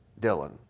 Dylan